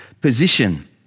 position